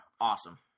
Awesome